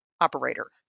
operator